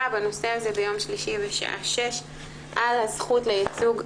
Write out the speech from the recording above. בנושא הזה ביום שלישי בשעה 18:00 על הזכות לייצוג,